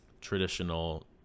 traditional